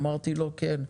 ואמרתי לו שכן.